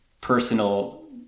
personal